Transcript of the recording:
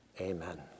amen